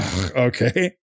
okay